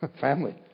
family